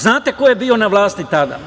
Znate ko je bio na vlasti tada?